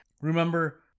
Remember